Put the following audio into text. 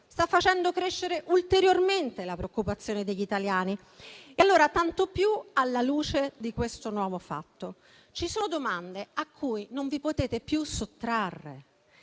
sta facendo crescere ulteriormente la preoccupazione degli italiani. Tanto più alla luce di questo nuovo fatto, ci sono domande a cui non vi potete più sottrarre.